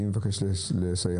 אני מבקש לסיים.